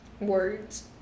Words